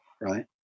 right